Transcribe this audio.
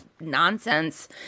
nonsense